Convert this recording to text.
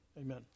Amen